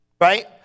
Right